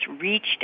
reached